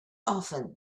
often